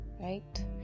right